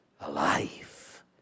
alive